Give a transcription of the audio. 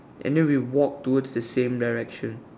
and then we walk towards the same direction